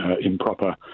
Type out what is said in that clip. improper